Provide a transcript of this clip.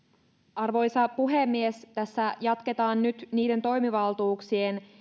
arvoisa puhemies tässä jatketaan nyt niiden toimivaltuuksien